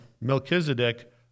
Melchizedek